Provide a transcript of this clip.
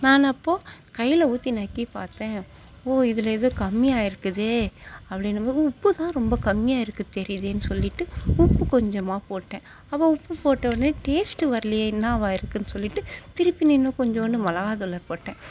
நான் அப்போது கையில் ஊற்றி நக்கி பாத்தேன் ஓ இதில் ஏதோ கம்மியாக இருக்குதே அப்படின்னபோது உப்புதான் ரொம்ப கம்மியாக இருக்குது தெரியுதேனு சொல்லிவிட்டு உப்பு கொஞ்சமாக போட்டேன் அப்றம் உப்பு போட்டவொடனே டேஸ்ட்டு வரலயே என்னவா இருக்கும்னு சொல்லிவிட்டு திருப்பி இன்னும் கொஞ்சோண்டு மிளகாத்தூள போட்டேன்